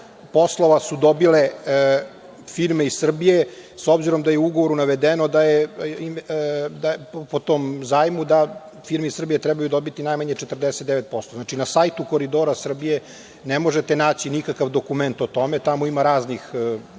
poslova su dobile firme iz Srbije. S obzirom, da je u ugovoru navedeno po tom zajmu da firme iz Srbije trebaju dobiti najmanje 49%. Znači, na sajtu Koridora Srbije ne možete naći nikakav dokument o tom, tamo ima raznih